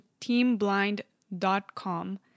teamblind.com